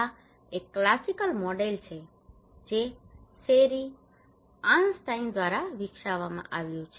આ એક classical model છે જે શેરી આર્ન્સ્ટાઇન દ્વારા વિકસાવવામાં આવ્યું છે